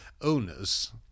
owners